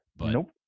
Nope